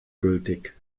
gültig